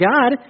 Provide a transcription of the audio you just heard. God